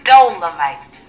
Dolomite